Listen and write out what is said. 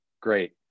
Great